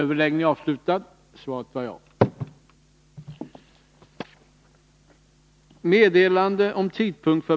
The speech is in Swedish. Herr talman!